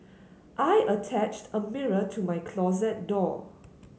I attached a mirror to my closet door